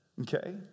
Okay